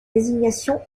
désignation